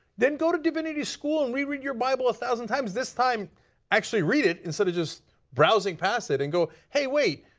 then go to divinity school and reread your bible a thousand times. this time actually read it instead of browsing past it, and go, hey wait,